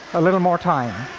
a little more time.